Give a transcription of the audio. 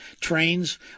trains